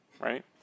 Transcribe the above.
right